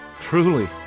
Truly